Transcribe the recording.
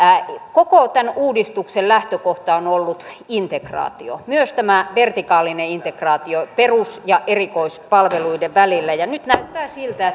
koko tämän uudistuksen lähtökohta on ollut integraatio myös tämä vertikaalinen integraatio perus ja erikoispalveluiden välillä ja ja nyt näyttää siltä